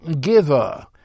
giver